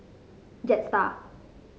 Jetstar